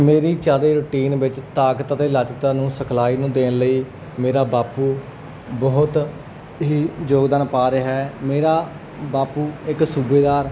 ਮੇਰੀ ਚਲਦੀ ਰੂਟੀਨ ਵਿੱਚ ਤਾਕਤ ਅਤੇ ਲਚਕਤਾ ਨੂੰ ਸਿਖਲਾਈ ਨੂੰ ਦੇਣ ਲਈ ਮੇਰਾ ਬਾਪੂ ਬਹੁਤ ਹੀ ਯੋਗਦਾਨ ਪਾ ਰਿਹਾ ਹੈ ਮੇਰਾ ਬਾਪੂ ਇੱਕ ਸੂਬੇਦਾਰ